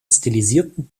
stilisierten